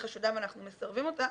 היא חשודה ואנחנו מסרבים אותה,